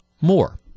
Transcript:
more